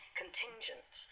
contingent